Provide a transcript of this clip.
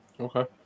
Okay